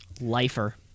Lifer